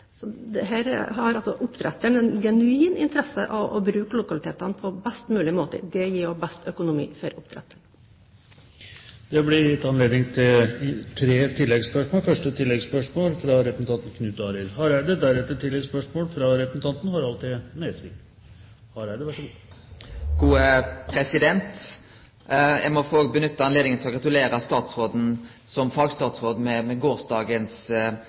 Her har altså oppdretteren en genuin interesse av å bruke lokalitetene på best mulig måte. Det gir også best økonomi for oppdretteren. Det blir gitt anledning til tre oppfølgingsspørsmål – først Knut Arild Hareide. Eg må få nytte anledninga til å gratulere statsråden, som fagstatsråd, med gårsdagens forhandlingsløysing med tanke på delelinja. Det må gi inspirasjon til å kunne ta større grep – og eg tenkjer på at me opplever ei oppdrettsnæring som